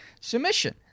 submission